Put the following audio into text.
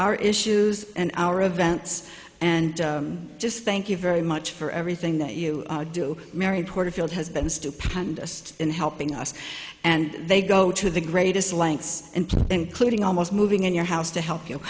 our issues and our events and just thank you very much for everything that you do mary porterfield has been stupendous in helping us and they go to the greatest lengths including almost moving in your house to help you